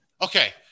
Okay